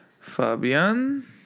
Fabian